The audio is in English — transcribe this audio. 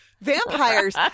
vampires